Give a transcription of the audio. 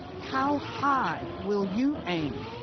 how high will you aim?